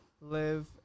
Live